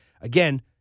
Again